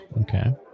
Okay